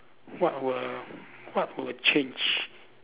what will what would change